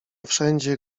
wszędzie